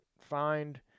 find